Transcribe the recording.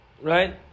Right